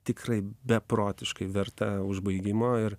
tikrai beprotiškai verta užbaigimo ir